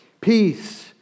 peace